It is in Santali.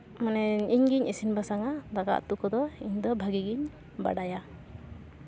ᱢᱟᱱᱮ ᱤᱧ ᱜᱤᱧ ᱤᱥᱤᱱ ᱵᱟᱥᱟᱝᱼᱟ ᱫᱟᱠᱟ ᱩᱛᱩ ᱠᱚᱫᱚ ᱤᱧᱫᱚ ᱵᱷᱟᱹᱜᱤ ᱜᱤᱧ ᱵᱟᱰᱟᱭᱟ